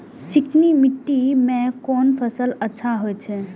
चिकनी माटी में कोन फसल अच्छा होय छे?